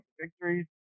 victories